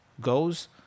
goes